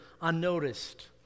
unnoticed